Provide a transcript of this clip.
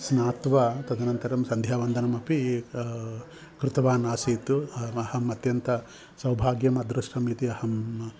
स्नात्वा तदनन्तरं सन्ध्यावन्दनमपि कृतवान् आसीत् अहम् अत्यन्तं सौभाग्यम् अदृष्टम् इति अहम्